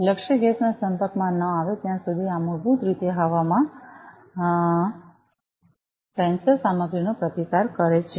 લક્ષ્ય ગેસના સંપર્કમાં ન આવે ત્યા સુધી આ મૂળભૂત રીતે હવામાં સેન્સર સામગ્રીનો પ્રતિકાર કરે છે